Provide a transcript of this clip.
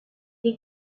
des